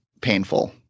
painful